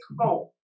home